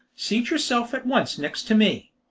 seat yourself at once next to me.